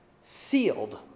sealed